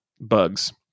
bugs